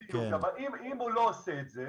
נכון, בדיוק, אבל אם הוא לא עושה את זה,